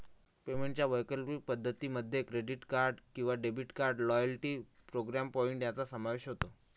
पेमेंटच्या वैकल्पिक पद्धतीं मध्ये क्रेडिट किंवा debit card, loyalty programme point यांचा समावेश होतो